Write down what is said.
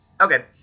Okay